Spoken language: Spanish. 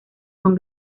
son